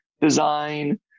design